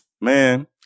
Man